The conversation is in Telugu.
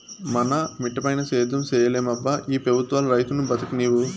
మన మిటపైన సేద్యం సేయలేమబ్బా ఈ పెబుత్వాలు రైతును బతుకనీవు